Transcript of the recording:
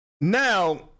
Now